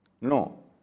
No